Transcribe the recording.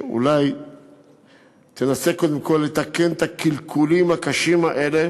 שאולי תנסה קודם כול לתקן את הקלקולים הקשים האלה